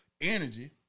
energy